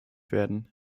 werden